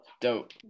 Dope